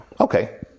okay